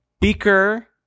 Beaker